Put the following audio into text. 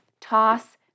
Toss